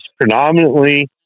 predominantly